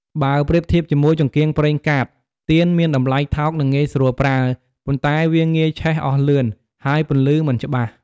បើប្រៀបធៀបជាមួយចង្កៀងប្រេងកាត ទៀនមានតម្លៃថោក និងងាយស្រួលប្រើ ប៉ុន្តែវាងាយឆេះអស់លឿន ហើយពន្លឺមិនច្បាស់។